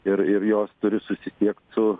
ir ir jos turi susisiekt su